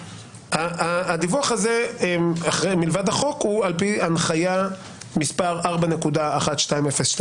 הדיווח הזה מלבד החוק הוא על פי הנחיה מס' 4.1202